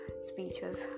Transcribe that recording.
speeches